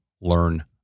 learn